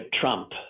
Trump